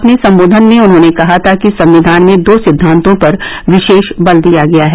अपने संबोधन में उन्होंने कहा था कि संविघान में दो सिद्वान्तों पर विशेष बल दिया गया है